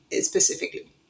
specifically